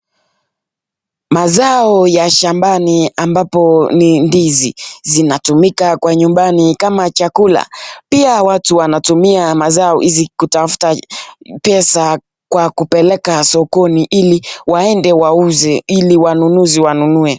Mazao ya shambani ambapo ni ndizi, zinatumika kwa nyumbani kama chakula. Pia watu wanatumia mazao hizi kutafuta pesa kwa kupeleka sokoni ili waende wauze ili wanunuzi wanunue.